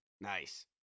Nice